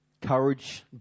Courage